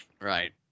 Right